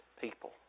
people